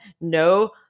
no